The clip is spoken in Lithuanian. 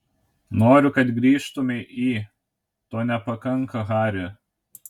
noriu kad grįžtumei į to nepakanka hari